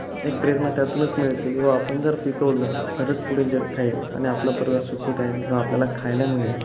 एक प्रेरणा त्यातूनच मिळते किवा आपण जर पिकवलं तरच पुढे जग खाईल आणि आपला परिवार सुखी राहील व आपल्याला खायला मिळेल